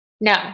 no